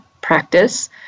practice